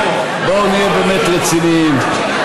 בואו נהיה באמת רציניים.